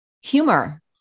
humor